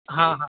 हां हां